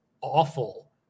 awful